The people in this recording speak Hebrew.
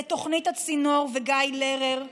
לתוכנית הצינור וגיא לרר,